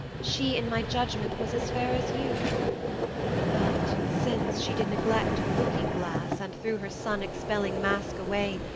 she, in my judgment, was as fair as you but since she did neglect her looking-glass and threw her sun-expelling mask away,